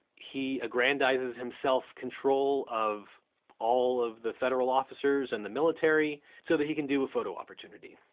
he aggrandizes himself control of all of the federal officers and the military, so that he can do a photo opportunity.